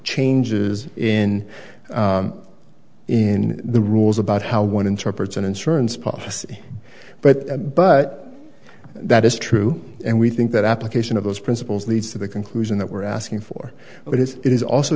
changes in in the rules about how one interprets an insurance policy but but that is true and we think that application of those principles leads to the conclusion that we're asking for but is it is also